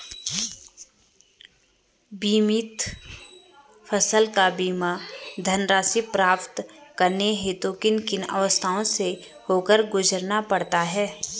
बीमित फसल का बीमा धनराशि प्राप्त करने हेतु किन किन अवस्थाओं से होकर गुजरना पड़ता है?